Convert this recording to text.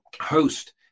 host